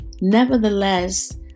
Nevertheless